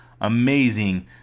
amazing